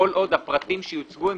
כל עוד הפריטים שיוצגו הם